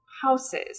houses